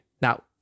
Now